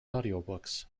audiobooks